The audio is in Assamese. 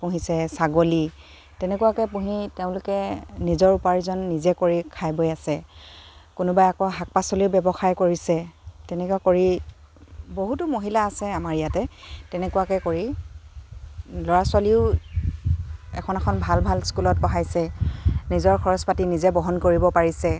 পুহিছে ছাগলী তেনেকুৱাকে পুহি তেওঁলোকে নিজৰ উপাৰ্জন নিজে কৰি খাই বৈ আছে কোনোবাই আকৌ শাক পাচলিও ব্যৱসায় কৰিছে তেনেকুৱা কৰি বহুতো মহিলা আছে আমাৰ ইয়াতে তেনেকুৱাকে কৰি ল'ৰা ছোৱালীও এখন এখন ভাল ভাল স্কুলত পঢ়াইছে নিজৰ খৰচ পাতি নিজে বহন কৰিব পাৰিছে